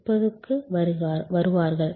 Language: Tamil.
30 க்கு வருவார்கள்